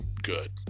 good